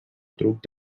truc